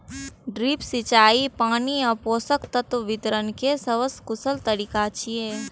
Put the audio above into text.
drip सिंचाई पानि आ पोषक तत्व वितरण के सबसं कुशल तरीका छियै